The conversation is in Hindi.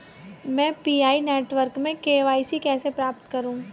मैं पी.आई नेटवर्क में के.वाई.सी कैसे प्राप्त करूँ?